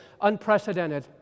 unprecedented